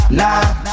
nah